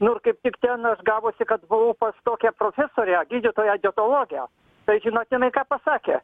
nu ir kaip tik ten nes gavosi kad buvau pas tokią profesorę gydytoją dietologę tai žinot jinai ką pasakė